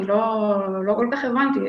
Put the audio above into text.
לא כל כך הבנתי.